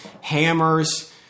hammers